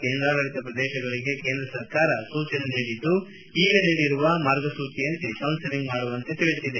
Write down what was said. ಕೇಂದ್ರಾಡಳಿತ ಪ್ರದೇಶಗಳಿಗೆ ಕೇಂದ್ರ ಸರ್ಕಾರ ಸೂಚನೆ ನೀಡಿದ್ದು ಈಗ ನೀಡಿರುವ ಮಾರ್ಗಸೂಚಿಯಂತೆ ಕೌನ್ನೆಲಿಂಗ್ ಮಾಡುವಂತೆ ತಿಳಿಸಿದೆ